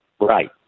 Right